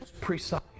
precise